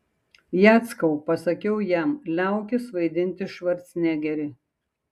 jackau pasakiau jam liaukis vaidinti švarcnegerį